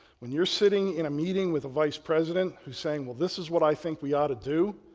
when you're sitting in a meeting with the vice-president, who's saying well, this is what i think we ought to do.